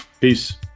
Peace